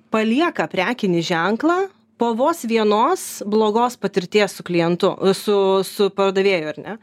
palieka prekinį ženklą po vos vienos blogos patirties su klientu su su pardavėju ar ne